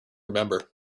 remember